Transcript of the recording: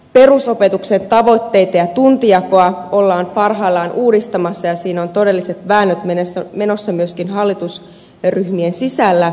perusopetuksen tavoitteita ja tuntijakoa ollaan parhaillaan uudistamassa ja siinä on todelliset väännöt menossa myöskin hallitusryhmien sisällä